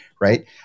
right